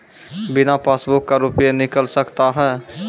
बिना पासबुक का रुपये निकल सकता हैं?